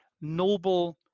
noble